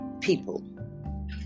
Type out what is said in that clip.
people